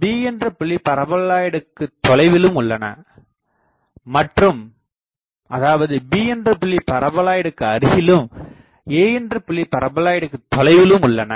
B என்ற புள்ளி பரபோலாய்ட்க்கு தொலைவிலும் உள்ளன மற்றும் அதாவது B என்ற புள்ளி பரபோலாய்ட்க்கு அருகிலும் A என்ற புள்ளி பரபோலாய்ட்க்கு தொலைவிலும் உள்ளன